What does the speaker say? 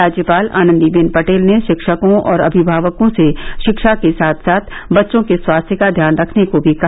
राज्यपाल आनंदीबेन पटेल ने शिक्षकों और अभिभावकों से शिक्षा के साथ साथ बच्चों के स्वास्थ्य का ध्यान रखने को भी कहा